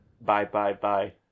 bye-bye-bye